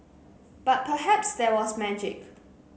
but perhaps there was magic